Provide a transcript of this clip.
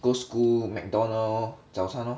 go school McDonald's 早餐 lor